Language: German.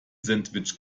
sandwich